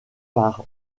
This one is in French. par